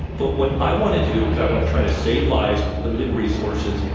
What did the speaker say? but what i want to do is i want to try to save lives with limited resources.